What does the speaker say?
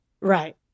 Right